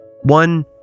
one